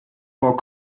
vor